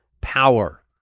power